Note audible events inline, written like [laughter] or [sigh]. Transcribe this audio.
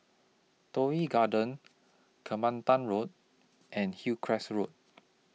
Toh Yi Garden [noise] Kelantan Road and Hillcrest Road